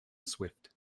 swift